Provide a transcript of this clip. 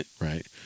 right